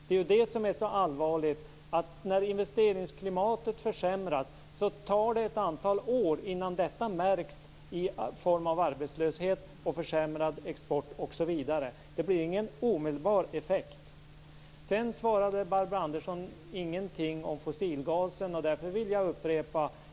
Det är det som är så allvarligt. När investeringsklimatet försämras, tar det ett antal år innan detta märks i form av arbetslöshet, försämrad export osv. Det blir ingen omedelbar effekt. Sedan svarade Barbro Andersson ingenting om fossilgasen. Därför vill jag upprepa frågan.